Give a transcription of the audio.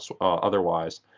otherwise